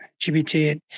GBT